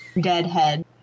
deadhead